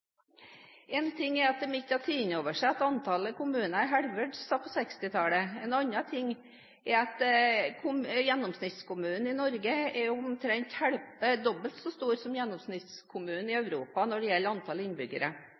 ting er at de ikke har tatt inn over seg at antallet kommuner er halvert siden på 1960-tallet – en annen ting er at gjennomsnittskommunen i Norge er omtrent dobbelt så stor som gjennomsnittskommunen i Europa når det gjelder antallet innbyggere.